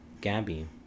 Gabby